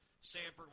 Sanford